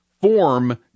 form